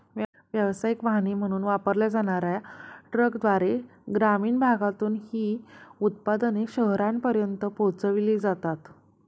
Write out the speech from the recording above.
व्यावसायिक वाहने म्हणून वापरल्या जाणार्या ट्रकद्वारे ग्रामीण भागातून ही उत्पादने शहरांपर्यंत पोहोचविली जातात